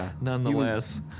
nonetheless